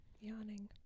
Yawning